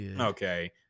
Okay